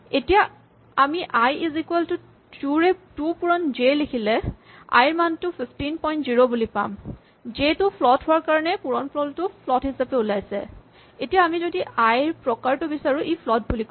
এতিয়া আমি i is equal to ২ পূৰণ জে বুলি লিখিলে আই ৰ মানটো ১৫০ বুলি পাম জে টো ফ্লট হোৱা কাৰণে পূৰণ ফলটো ফ্লট হিচাপে ওলাইছে এতিয়া আমি যদি আই ৰ প্ৰকাৰটো বিচাৰো ই ফ্লট বুলি ক'ব